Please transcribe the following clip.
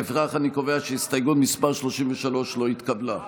לפיכך אני קובע שהסתייגות מס' 33 לא התקבלה.